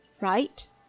right